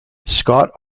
scott